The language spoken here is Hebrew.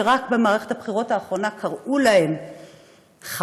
שרק במערכת הבחירות האחרונה קראו להם "חמאסניקים",